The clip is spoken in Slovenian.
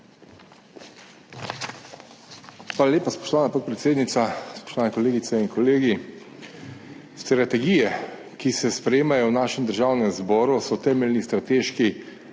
Hvala lepa, spoštovana podpredsednica. Spoštovani kolegice in kolegi! Strategije, ki se sprejemajo v našem državnem zboru so temeljni strateški